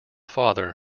father